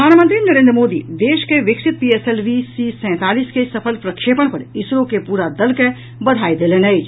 प्रधानमंत्री नरेन्द्र मोदी देश मे विकसित पीएसएलवी सी सैंतालीस के सफल प्रक्षेपण पर इसरो के पूरा दल के बधाई देलनि अछि